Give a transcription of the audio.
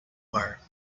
bar